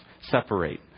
separate